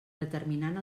determinant